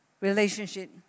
Relationship